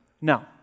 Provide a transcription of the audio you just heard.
No